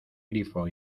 grifo